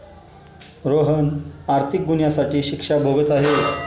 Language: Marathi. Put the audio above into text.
रोहन आर्थिक गुन्ह्यासाठी शिक्षा भोगत आहे